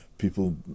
people